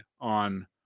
on